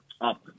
up